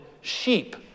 sheep